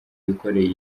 bikoreye